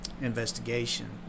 investigation